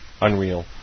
Unreal